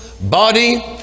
body